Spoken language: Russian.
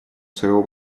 своего